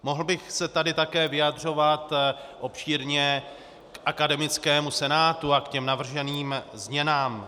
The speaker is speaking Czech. Mohl bych se tady také vyjadřovat obšírně k akademickému senátu a k těm navrženým změnám.